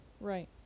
Right